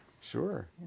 Sure